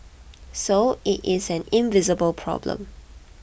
so it is an invisible problem